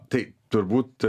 tai turbūt